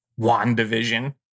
WandaVision